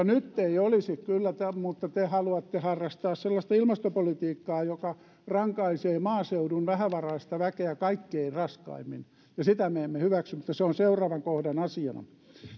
nyt ei olisi kyllä mutta te haluatte harrastaa sellaista ilmastopolitiikkaa joka rankaisee maaseudun vähävaraista väkeä kaikkein raskaimmin ja sitä me emme hyväksy mutta se on seuraavan kohdan asiana